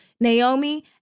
Naomi